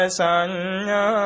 sanya